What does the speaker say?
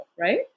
right